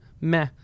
meh